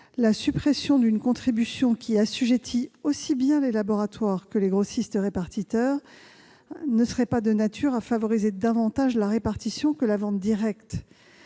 La suppression d'une contribution qui assujettit aussi bien les laboratoires que les grossistes-répartiteurs ne serait pas de nature à favoriser davantage la répartition que la vente directe.